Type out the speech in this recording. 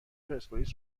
پرسپولیس